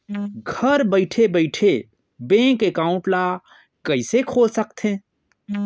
घर बइठे बइठे बैंक एकाउंट ल कइसे खोल सकथे?